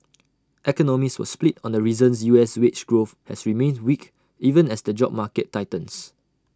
economists were split on the reasons U S wage growth has remained weak even as the job market tightens